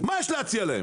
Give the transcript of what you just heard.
מה יש להציע להם?